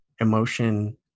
emotion